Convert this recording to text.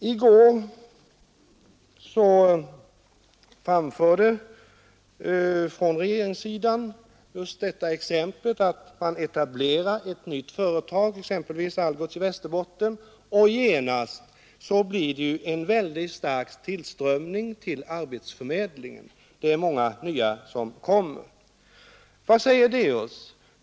I går sades från regeringshåll att om man etablerar ett nytt företag på en ort — man nämnde exemplet med Algots etablering i Västerbotten — blir det genast en mycket stark tillströmning till arbetsförmedlingen; det är många nya arbetssökande som kommer. Vad säger oss det?